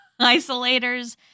Isolators